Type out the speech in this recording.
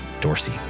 Dorsey